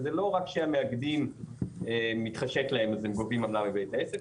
וזה לא רק כשמתחשק למאגדים אז הם גובים עמלה מבתי העסק,